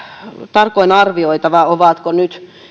tarkoin arvioitava ovatko nyt